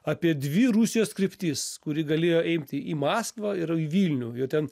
apie dvi rusijos kryptis kuri galėjo imti į maskvą ir į vilnių ir ten